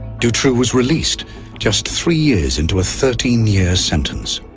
dutroux was released just three years into a thirteen-year sentence.